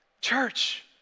Church